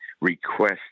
request